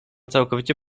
całkowicie